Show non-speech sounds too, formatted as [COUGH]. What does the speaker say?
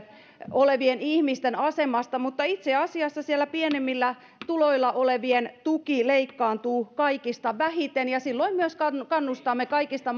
olevien ihmisten asemasta mutta itse asiassa pienimmillä tuloilla olevien tuki leikkaantuu kaikista vähiten ja silloin myös kannustamme kaikista [UNINTELLIGIBLE]